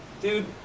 dude